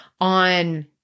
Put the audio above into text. on